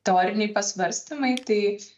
teoriniai pasvarstymai tai